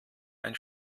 ein